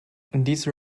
these